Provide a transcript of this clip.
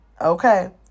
Okay